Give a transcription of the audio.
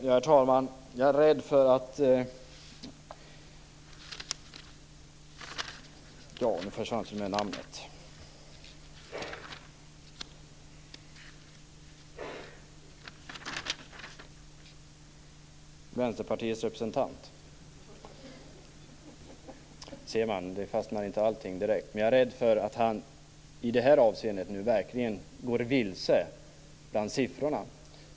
Herr talman! Jag är rädd för att Vänsterpartiets representant i det här avseendet nu verkligen går vilse bland siffrorna.